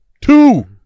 Two